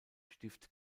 stift